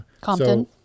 Compton